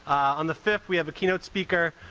on the fifth we have a keynote speaker,